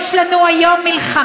צודקת, אבל, יש לנו היום מלחמה.